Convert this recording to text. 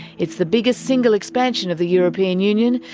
it's the biggest single expansion of the european union,